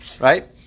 Right